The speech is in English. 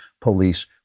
police